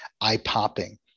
eye-popping